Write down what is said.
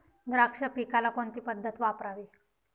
द्राक्ष पिकाला कोणती पद्धत वापरावी?